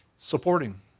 supporting